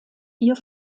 vier